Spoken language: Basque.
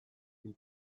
pil